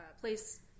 place